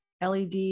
LED